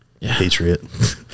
Patriot